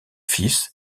fils